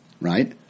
right